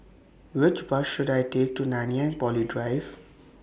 Which Bus should I Take to Nanyang Poly Drive